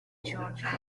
george